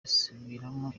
basubiramo